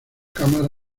cámara